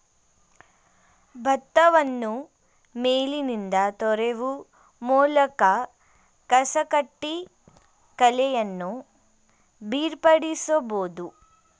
ಭತ್ತವನ್ನು ಮೇಲಿನಿಂದ ತೂರುವ ಮೂಲಕ ಕಸಕಡ್ಡಿ ಕಳೆಯನ್ನು ಬೇರ್ಪಡಿಸಬೋದು